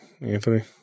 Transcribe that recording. Anthony